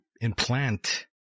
implant